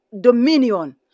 dominion